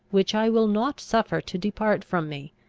which i will not suffer to depart from me,